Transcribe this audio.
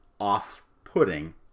off-putting